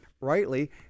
rightly